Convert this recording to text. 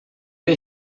era